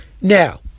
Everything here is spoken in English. Now